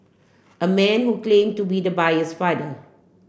a man who claim to be the buyer's father